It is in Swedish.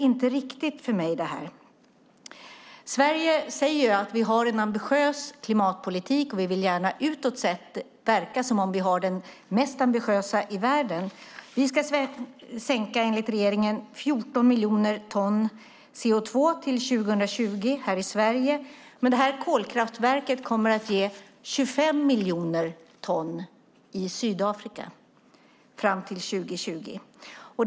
Vi i Sverige säger att vi har en ambitiös klimatpolitik, och vi vill gärna utåt sett verka som om vi har den mest ambitiösa i världen. Enligt regeringen ska vi sänka utsläppen här i Sverige med 14 miljoner ton CO2 till 2020. Men det här kolkraftverket kommer att ge 25 miljoner ton i Sydafrika fram till 2020.